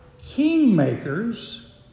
kingmakers